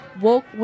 woke